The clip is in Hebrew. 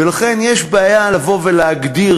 ולכן יש בעיה לבוא ולהגדיר,